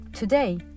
Today